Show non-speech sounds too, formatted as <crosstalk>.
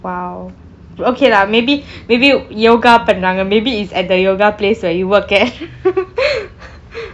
!wow! okay lah maybe maybe yoga பன்னாங்க:pannanka maybe is at the yoga place like you work at <noise>